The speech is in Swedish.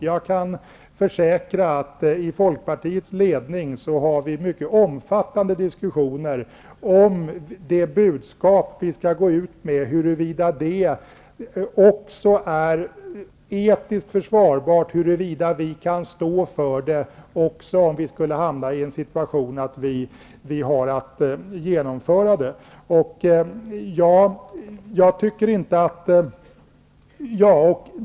Jag kan försäkra att vi i Folkpartiets ledning har mycket omfattande diskussioner om huruvida det budskap som vi skall gå ut med också är etiskt försvarbart, om huruvida vi kan stå för det och även om vad som sker om vi skulle hamna i en situation där vi har att genomföra det.